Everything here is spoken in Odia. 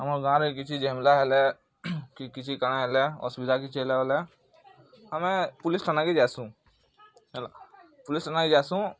ଆମର୍ ଗାଁରେ କିଛି ଝାମେଲା ହେଲେ କି କାଣା ହେଲେ ଅସୁବିଧା କିଛି ହେଲେ ବେଲେ ଆମେ ପୁଲିସ୍ ଥାନାକେ ଯାଏସୁ ପୁଲିସ୍ ଥାନାକେ ଯାଏସୁ